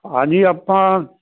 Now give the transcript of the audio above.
ਹਾਂਜੀ ਆਪਾਂ